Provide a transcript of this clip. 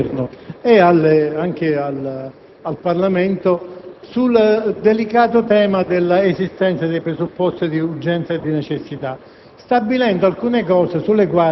ha richiamato l'attenzione del Governo e anche del Parlamento sul delicato tema dell'esistenza dei presupposti di urgenza e di necessità,